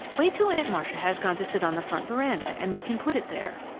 wait till aunt marcia has gone to sit on the front veranda, and we can put it there.